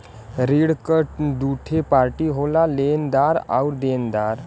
ऋण क दूठे पार्टी होला लेनदार आउर देनदार